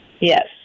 Yes